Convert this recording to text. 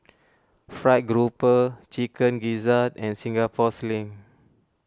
Fried Grouper Chicken Gizzard and Singapore Sling